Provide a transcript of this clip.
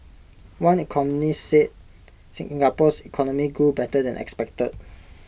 one economist said Singapore's economy grew better than expected